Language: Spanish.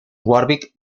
warwick